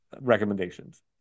recommendations